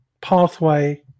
pathway